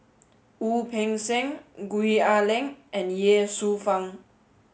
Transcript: Wu Peng Seng Gwee Ah Leng and Ye Shufang